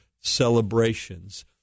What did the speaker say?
celebrations